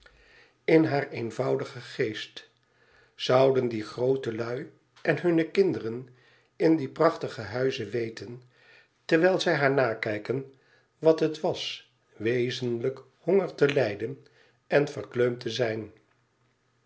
in haar eenvoudigen geest zouden die groote lui en hunne kinderen in die prachtige huizen weten terwijl zij haax nakijken wat het was wezenlijk honger te lijden en verkleumd te zijn